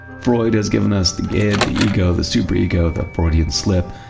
freud has given us the id, the ego, the superego, the freudian slip,